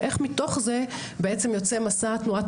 ואיך מתוך זה בעצם יוצא מסע תנועת